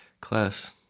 class